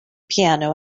piano